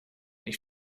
ich